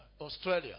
Australia